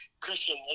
Christian